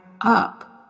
up